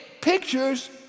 pictures